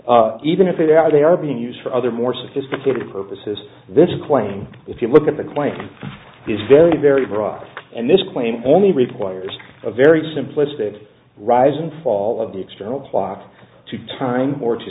even if they are being used for other more sophisticated purposes this claim if you look at the claim is very very broad and this claim only requires a very simplistic rise and fall of the external clock to time or t